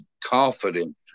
confident